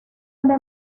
una